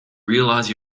realize